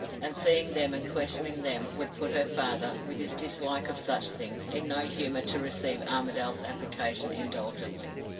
and seeing them and questioning them would put her father, with his dislike of such things, in no humor to receive armadale's application indulgently.